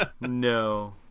no